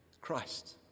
Christ